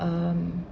um